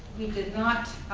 we did not